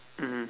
mmhmm